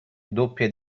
doppie